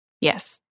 yes